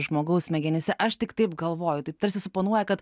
žmogaus smegenyse aš tik taip galvoju taip tarsi suponuoja kad